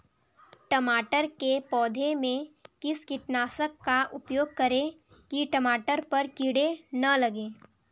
टमाटर के पौधे में किस कीटनाशक का उपयोग करें कि टमाटर पर कीड़े न लगें?